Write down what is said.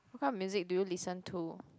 what kind of music do you listen to